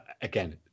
again